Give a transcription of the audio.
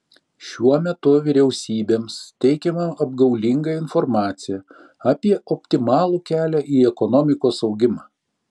šiuo metu vyriausybėms teikiama apgaulinga informacija apie optimalų kelią į ekonomikos augimą